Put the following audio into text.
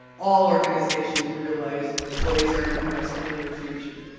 all organizations realize, employees are an investment in your future.